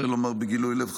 צריך לומר בגילוי לב,